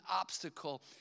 obstacle